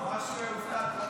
ממש הופתעתי.